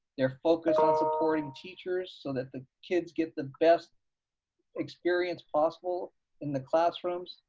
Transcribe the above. they're focused on supporting teachers so that the kids get the best experience possible in the classrooms,